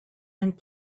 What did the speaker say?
and